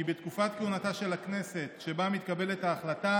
כי בתקופת כהונתה של הכנסת שבה מתקבלת ההחלטה